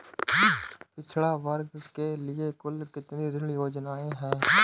पिछड़ा वर्ग के लिए कुल कितनी ऋण योजनाएं हैं?